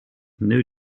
new